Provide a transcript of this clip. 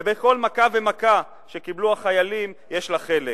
ובכל מכה ומכה שקיבלו החיילים יש לה חלק,